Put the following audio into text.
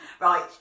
right